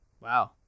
Wow